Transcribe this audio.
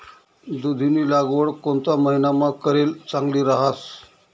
दुधीनी लागवड कोणता महिनामा करेल चांगली रहास